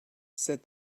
said